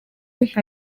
nka